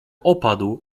opadł